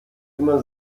immer